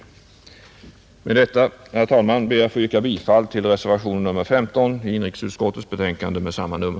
Herr talman! Med det anförda ber jag att få yrka bifall till reservationen 15 i inrikesutskottets betänkande med samma nummer.